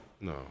No